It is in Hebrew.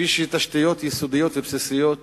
וכפי שתשתיות יסודיות ובסיסיות